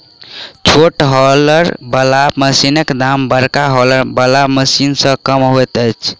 छोट हौलर बला मशीनक दाम बड़का हौलर बला मशीन सॅ कम होइत छै